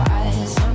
eyes